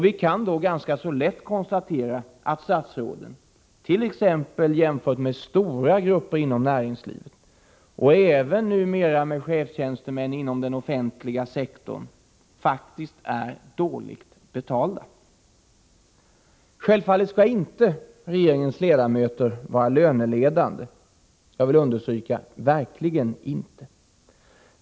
Vi kan då ganska lätt konstatera att statsråden, t.ex. jämfört med stora grupper inom näringslivet och numera även med chefstjänstemän inom den offentliga sektorn, faktiskt är dåligt betalda. Självfallet skall inte regeringens ledamöter vara löneledande. Jag understryker att de verkligen inte skall vara det.